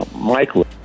Michael